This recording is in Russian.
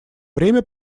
время